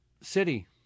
city